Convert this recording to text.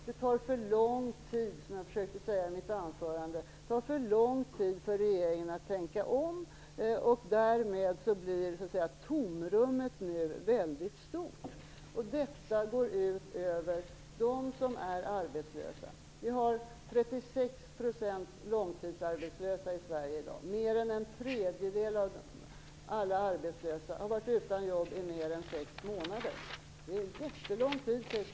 Det tar för lång tid, som jag försökte säga i mitt anförande, för regeringen att tänka om. Därmed blir tomrummet väldigt stort. Detta går ut över dem som är arbetslösa. Vi har 36 % långtidsarbetslöshet i dag, mer än en tredjedel av alla arbetslösa har varit utan jobb i mer än sex månader - det är en jättelång tid.